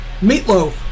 Meatloaf